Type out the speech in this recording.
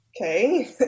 okay